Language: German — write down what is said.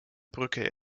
brücke